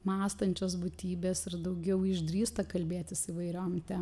mąstančios būtybės ir daugiau išdrįsta kalbėtis įvairiom temom